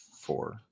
four